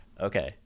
Okay